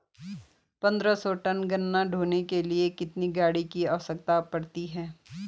पन्द्रह सौ टन गन्ना ढोने के लिए कितनी गाड़ी की आवश्यकता पड़ती है?